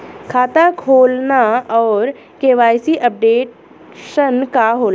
खाता खोलना और के.वाइ.सी अपडेशन का होला?